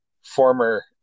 former